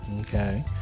Okay